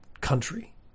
country